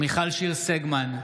מיכל שיר סגמן,